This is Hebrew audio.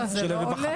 אחרים.